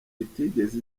itigeze